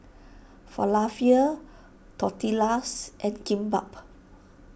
Falafel Tortillas and Kimbap